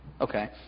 Okay